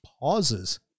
pauses